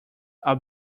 are